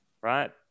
Right